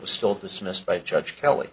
was still dismissed by judge kelly